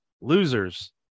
losers